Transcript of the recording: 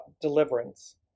deliverance